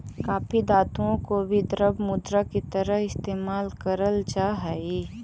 काफी धातुओं को भी द्रव्य मुद्रा की तरह इस्तेमाल करल जा हई